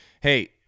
hey